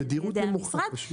זו פשוט תדירות נמוכה.